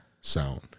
sound